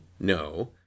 no